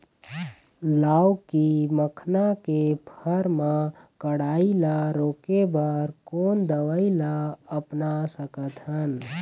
लाउकी मखना के फर मा कढ़ाई ला रोके बर कोन दवई ला अपना सकथन?